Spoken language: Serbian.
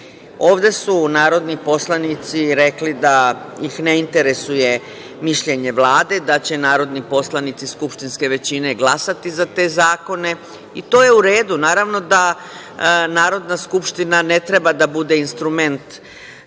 žena. Ovde su narodni poslanici rekli da ih ne interesuje mišljenje Vlade, da će narodni poslanici skupštinske većine glasati za te zakone i to je u redu. Naravno, da Narodna skupština ne treba da bude instrument